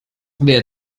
wer